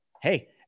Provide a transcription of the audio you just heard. Hey